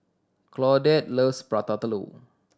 Claudette loves Prata Telur